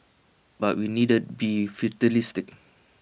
but we needn't be fatalistic